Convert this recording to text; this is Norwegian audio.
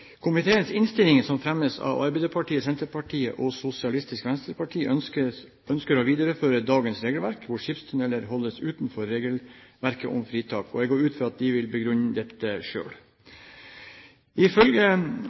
Komiteens innstilling fremmes av Arbeiderpartiet, Senterpartiet og Sosialistisk Venstreparti. De ønsker å videreføre dagens regelverk, hvor skipstunneler holdes utenfor regelverket om fritak, og jeg går ut fra at de vil begrunne dette selv. Ifølge